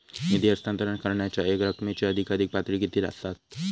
निधी हस्तांतरण करण्यांच्या रकमेची अधिकाधिक पातळी किती असात?